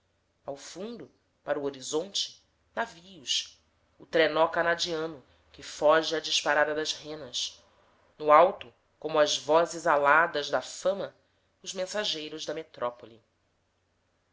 ao fundo para o horizonte navios o trenó canadiano que foge à disparada das renas no alto como as vozes aladas da fama os mensageiros da metrópole